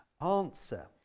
answer